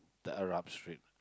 the Arab-Street